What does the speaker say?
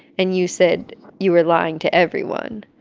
and you said you were lying to everyone.